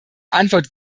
antwort